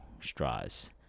straws